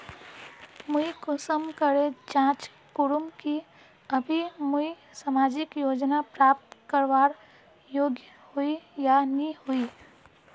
मुई कुंसम करे जाँच करूम की अभी मुई सामाजिक योजना प्राप्त करवार योग्य होई या नी होई?